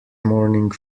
morning